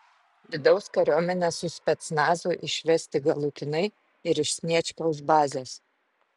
vidaus kariuomenę su specnazu išvesti galutinai ir iš sniečkaus bazės